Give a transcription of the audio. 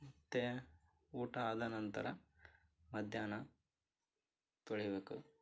ಮತ್ತು ಊಟ ಆದ ನಂತರ ಮಧ್ಯಾಹ್ನ ತೊಳಿಬೇಕು